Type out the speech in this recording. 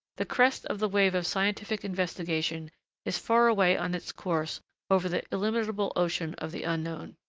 the crest of the wave of scientific investigation is far away on its course over the illimitable ocean of the unknown.